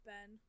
Ben